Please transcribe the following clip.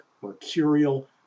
mercurial